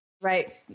Right